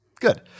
Good